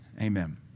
Amen